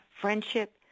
friendship